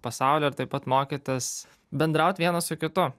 pasaulį ir taip pat mokytis bendraut vienas su kitu